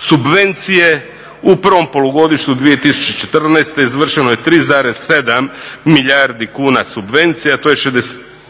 Subvencije u prvom polugodištu 2014. izvršeno je 3,7 milijardi kuna subvencija, a to je